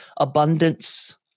Abundance